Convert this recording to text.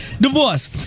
Divorce